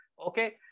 Okay